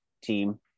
team